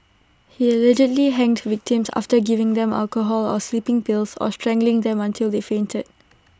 he allegedly hanged victims after giving them alcohol or sleeping pills or strangling them until they fainted